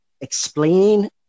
Explaining